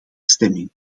stemming